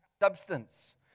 substance